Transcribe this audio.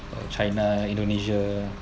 china indonesia